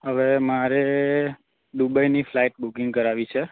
હવે મારે દુબઈની ફ્લાઇટ બૂકિંગ કરાવવી છે